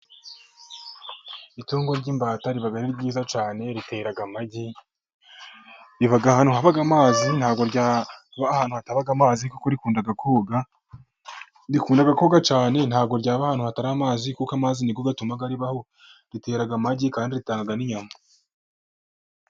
Itungo ry'imbata riba ari ryiza cyane ritera amagi. Riba ahantu haba amazi, ntijyaba ahantu hatari amazi kuko rikunda koga cyane, ntijyaba ahantu hatari amazi kuko amazi niyo atuma ribaho, ritera amagi, kandi ritanga n'inyama.